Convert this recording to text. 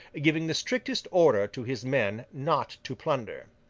giving the strictest orders to his men not to plunder.